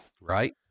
right